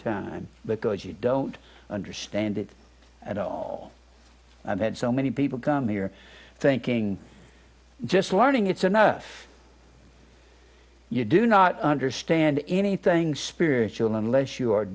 time because you don't understand it at all and so many people come here thinking just learning it's enough you do not understand anything spiritual unless you are